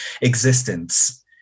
existence